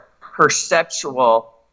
perceptual